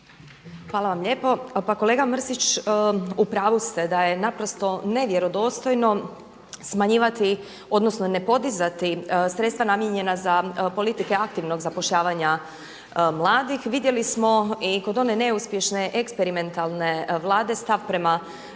Hvala vam lijepo. Pa kolega Mrsić u pravu ste da je naprosto nevjerodostojno smanjivati odnosno ne podizati sredstva namijenjena za politike aktivnog zapošljavanja mladih. Vidjeli smo i kod one neuspješne eksperimentalne Vlade stav prema